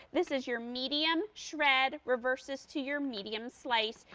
this is your medium shred reverse this to your medium slice.